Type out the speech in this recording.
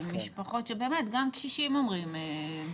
גם קשישים אומרים,